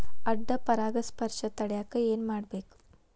ಅಡ್ಡ ಪರಾಗಸ್ಪರ್ಶ ತಡ್ಯಾಕ ಏನ್ ಮಾಡ್ಬೇಕ್?